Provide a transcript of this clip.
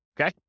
Okay